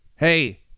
Hey